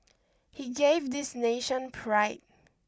he gave this nation pride